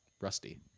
rusty